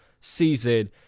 season